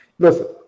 Listen